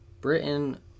Britain